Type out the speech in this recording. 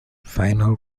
final